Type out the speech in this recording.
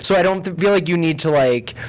so i don't feel like you need to like.